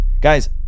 guys